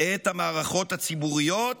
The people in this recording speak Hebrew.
את המערכות הציבוריות